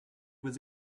was